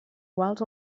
quals